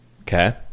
Okay